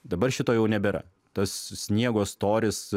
dabar šito jau nebėra tas sniego storis